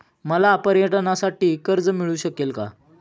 मला पर्यटनासाठी कर्ज मिळू शकेल का?